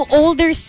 older